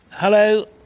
Hello